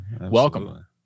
Welcome